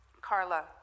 Carla